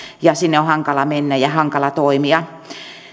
ja sinne on hankala mennä ja siellä on hankala toimia